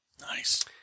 Nice